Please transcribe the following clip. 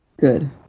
Good